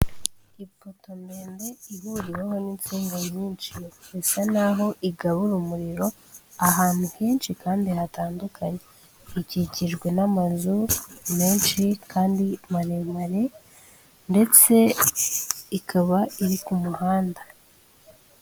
Ipoto ndende ihuriweho n'insinga nyinshi. Isa n'aho igabura umuriro ahantu henshi kandi hatandukanye. Ikikijwe n'amazu menshi kandi maremare ndetse ikaba iri ku muhanda.